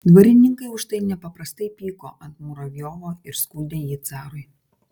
dvarininkai už tai nepaprastai pyko ant muravjovo ir skundė jį carui